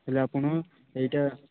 ହେଲେ ଆପଣ ଏଇଟା